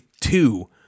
two